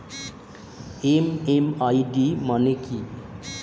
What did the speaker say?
MMID মানে কি?